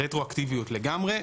רטרואקטיביות לגמרי.